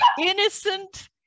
innocent